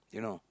you know